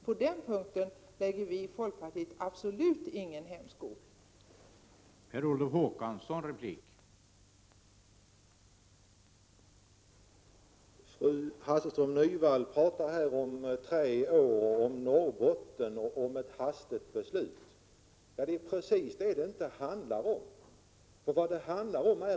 På den punkten lägger vi i folkpartiet absolut ingen hämsko på verksamheten.